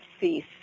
cease